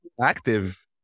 active